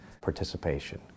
participation